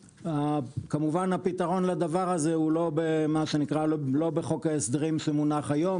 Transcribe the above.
כמובן שהפתרון לדבר הזה הוא לא בחוק ההסדרים שמונח היום,